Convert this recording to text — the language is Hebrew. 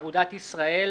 אגודת ישראל